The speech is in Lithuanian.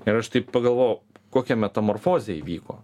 ir aš taip pagalvojau kokia metamorfozė įvyko